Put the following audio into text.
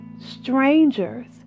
strangers